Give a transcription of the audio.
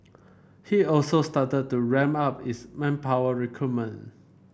he also started to ramp up its manpower recruitment